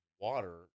water